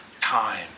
time